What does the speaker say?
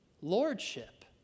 lordship